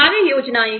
कार्य योजनाएँ